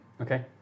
Okay